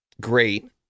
great